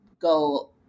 go